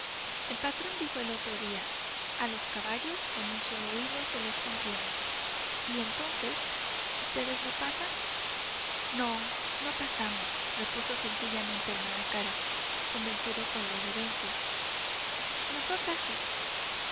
el patrón dijo el otro día a los caballos con un solo hilo se los contiene y entonces ustedes no pasan no no pasamos repuso sencillamente el malacara convencido por la evidencia nosotras sí